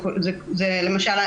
למשל,